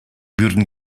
würden